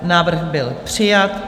Návrh byl přijat.